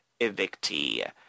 evictee